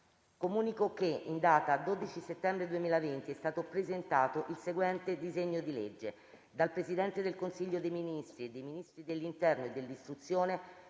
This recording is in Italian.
In data 12 settembre 2020 è stato presentato il seguente disegno di legge: